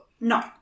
No